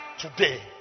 today